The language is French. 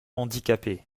handicapée